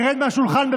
תרד מהשולחן,